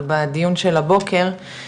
אבל בדיון של הבוקר,